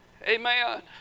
Amen